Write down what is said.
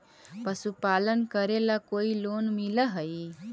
पशुपालन करेला कोई लोन मिल हइ?